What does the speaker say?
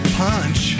punch